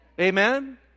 Amen